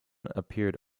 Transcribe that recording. appeared